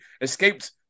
escaped